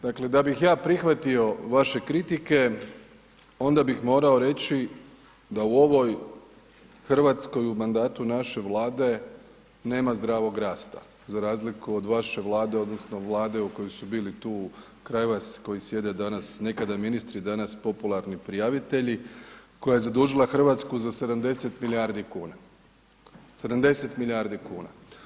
Dakle, da bih ja prihvatio vaše kritike onda bih morao reći da u ovoj Hrvatskoj u mandatu naše Vlade nema zdravog rasta, za razliku od vaše vlade odnosno vlade u kojoj su bili tu kraj vas koji sjede danas, nekada ministri danas popularni prijavitelji koja je zadužila Hrvatsku za 70 milijardi kuna, 70 milijardi kuna.